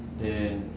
then